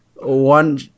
one